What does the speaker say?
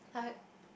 like